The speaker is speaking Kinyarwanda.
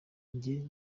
njye